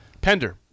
Pender